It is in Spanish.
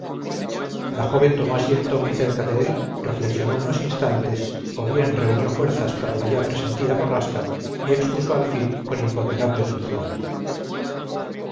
la joven tomó asiento muy cerca de él reflexionó unos instantes o bien reunió fuerzas para la ya presentida borrasca y expuso al fin con imponderable dulzura